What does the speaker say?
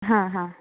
ಹಾಂ ಹಾಂ